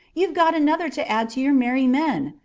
you've got another to add to your merry men.